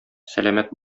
сәламәт